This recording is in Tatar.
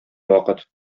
вакыт